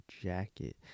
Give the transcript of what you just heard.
jacket